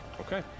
Okay